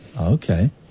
Okay